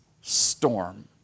storm